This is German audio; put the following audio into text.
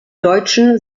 deutschen